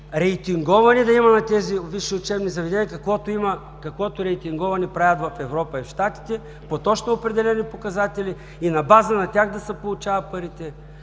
рейтинговане да има на тези висши учебни заведения, каквото рейтинговане правят в Европа и Щатите по точно определени показатели. На база на тях да се получават парите,